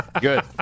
Good